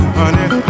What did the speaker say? honey